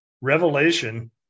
revelation